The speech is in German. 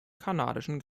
kanadischen